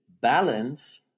balance